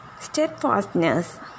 steadfastness